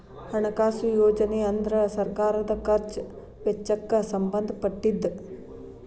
ಹಣಕಾಸು ಯೋಜನೆ ಅಂದ್ರ ಸರ್ಕಾರದ್ ಖರ್ಚ್ ವೆಚ್ಚಕ್ಕ್ ಸಂಬಂಧ ಪಟ್ಟಿದ್ದ